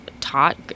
taught